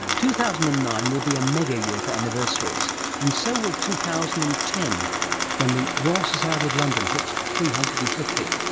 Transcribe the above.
two thousand and nine will be a mega-year for anniversaries and so will two thousand and ten when the royal society of london hits three hundred and fifty.